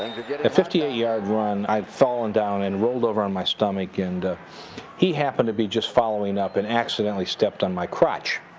fifty eight yard run, i'd fallen down and rolled over on my stomach. and he happened to be just following up and accidentally stepped on my crotch.